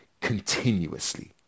continuously